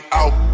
out